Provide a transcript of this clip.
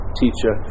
teacher